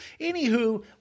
Anywho